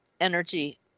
energy